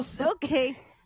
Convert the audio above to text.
Okay